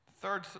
Third